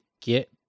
get